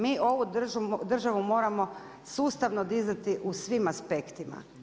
Mi ovu državu moramo sustavno dizati u svim aspektima.